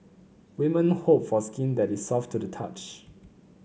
women hope for skin that is soft to the touch